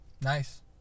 Nice